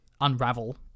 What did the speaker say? unravel